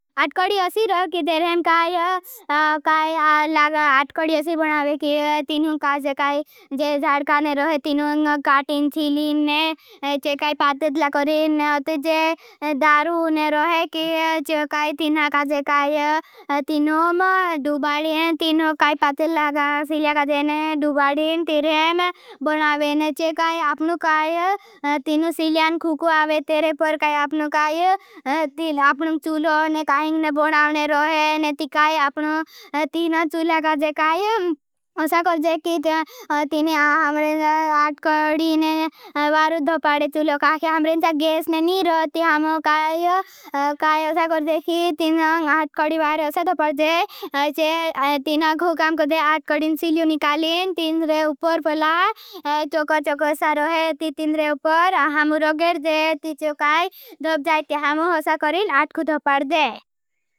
अटकड़ी ओसी रो, कि तरहें काई लाग अटकड़ी ओसी बनावे। कि तीनों काज काई जे जाड़काने रोहे। तीनों काटिन, शीलिन, चे काई पातिल लाकरिन, तुझे दारूने रोहे। कि तीनों काज काई तीनों डूबाडिन, तीनों काई पातिल लाग सीलिया काजेन। तुझे दारूने डूबाडिन, तीनों काई पातिल लाकरिन, तुझे दारूने डूबाडिन, तीनों काई पातिल लाकरिन। तुझे दारूने डूबाडिन। तीनों काई पातिल लाकरिन, तुझे दारूने डूबाडिन, तीनों काई पातिल लाकरिन। तुझे दारूने ड कालिन, ठिनडरे उपर पला। चोकर चोक चेर, ती ठिनडरेहम रोगेड ती चोक दब जायते हम थोसा करीं आत्कु दपाड़ जे।